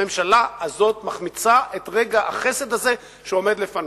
הממשלה הזו מחמיצה את רגע החסד הזה שעומד בפניה.